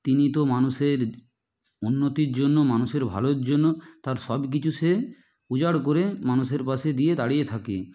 তিনি তো মানুষের উন্নতির জন্য মানুষের ভালোর জন্য তার সব কিছু সে উজাড় করে মানুষের পাশে দিয়ে দাঁড়িয়ে থাকে